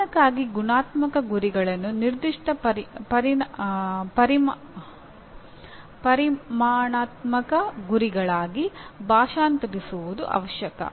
ಸಾಧನಕ್ಕಾಗಿ ಗುಣಾತ್ಮಕ ಗುರಿಗಳನ್ನು ನಿರ್ದಿಷ್ಟ ಪರಿಮಾಣಾತ್ಮಕ ಗುರಿಗಳಾಗಿ ಭಾಷಾಂತರಿಸುವುದು ಅವಶ್ಯಕ